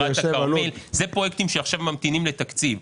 אנחנו עוברים לפניות תקציביות.